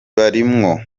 barimwo